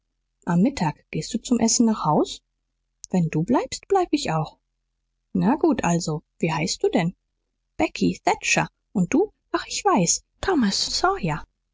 am mittag gehst du zum essen nach haus wenn du bleibst bleib ich auch na gut also wie heißt du denn becky thatcher und du ach ich weiß thomas sawyer